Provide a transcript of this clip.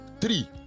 three